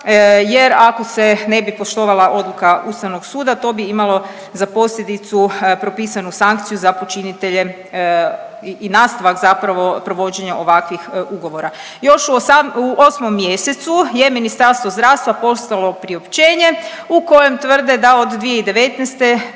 Jer ako se ne bi poštovala odluka Ustavnog suda to bi imalo za posljedicu propisanu sankciju za počinitelje i nastavak zapravo provođenja ovakvih ugovora. Još u 8 mjesecu je Ministarstvo zdravstva poslalo priopćenje u kojem tvrde da od 2019.